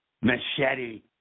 Machete